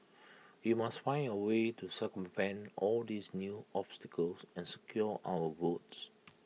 we must find A way to circumvent all these new obstacles and secure our votes